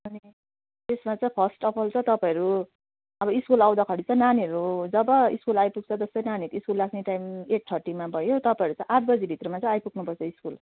अनि त्यसमा चाहिँ फर्स्ट अफ् अल त तपाईँहरू अब स्कुल आउँदाखेरि चाहिँ नानीहरू जब स्कुल आइपुग्छ जस्तै नानीको स्कुल लाग्ने टाइम एट थर्टीमा भयो तपाईँहरू चाहिँ आठभित्रमा चाहिँ आइपुग्नु पर्छ स्कुल